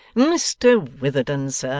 mr witherden, sir,